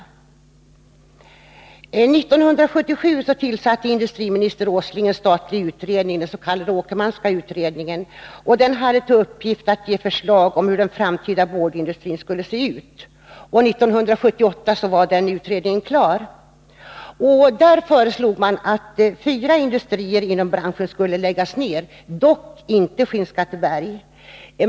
1977 tillsatte industriminister Åsling en statlig utredning, den s.k. Åkermanska utredningen, som hade till uppgift att ge förslag om hur den framtida boardindustrin skulle se ut. 1978 var utredningen klar, och man föreslog att fyra industrier inom branschen skulle läggas ner, dock inte fabriken i Skinnskatteberg.